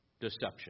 deception